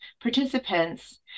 participants